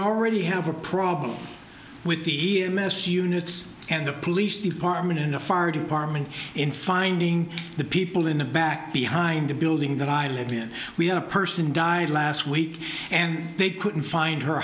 already have a problem with t m s units and the police department and the fire department in finding the people in the back behind the building that i live in we had a person died last week and they couldn't find her